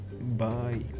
Bye